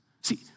See